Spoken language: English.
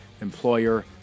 employer